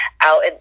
out